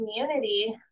community